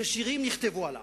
ששירים נכתבו עליו,